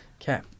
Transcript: Okay